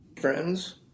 friends